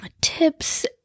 tips